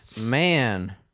man